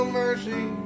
mercy